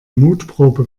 mutprobe